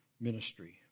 ministry